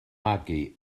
magu